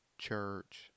church